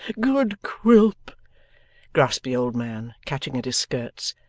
good quilp gasped the old man, catching at his skirts,